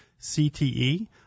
CTE